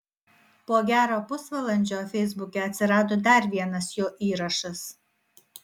po gero pusvalandžio feisbuke atsirado dar vienas jo įrašas